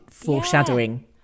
foreshadowing